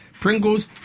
Pringles